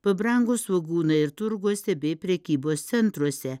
pabrango svogūnai ir turguose bei prekybos centruose